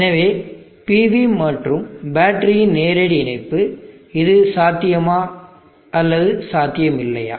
எனவே PV மற்றும் பேட்டரியின் நேரடி இணைப்பு இது சாத்தியமா அல்லது சாத்தியமில்லையா